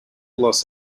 loss